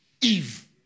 Eve